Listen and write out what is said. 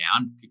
down